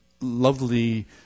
lovely